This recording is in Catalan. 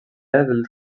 del